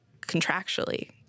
contractually